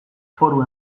foru